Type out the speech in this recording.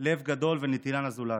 לב גדול ונתינה לזולת.